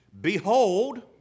behold